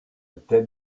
telle